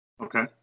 Okay